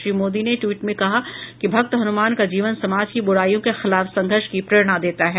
श्री मोदी ने ट्वीट में कहा कि भक्त हनुमान का जीवन समाज की ब्राईयों के खिलाफ संघर्ष की प्रेरणा देता है